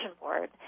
board